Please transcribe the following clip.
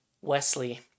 Wesley